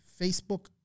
Facebook